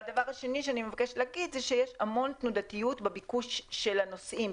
הדבר השני שאני מבקשת להגיד זה שיש המון תנודתיות בביקוש של הנוסעים,